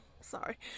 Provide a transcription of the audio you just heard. sorry